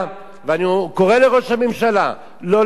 אני קורא לראש הממשלה לא להילחץ,